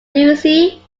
lucy